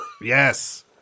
Yes